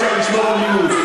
התערבות שלכם על הכיבוש.